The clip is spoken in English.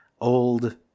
old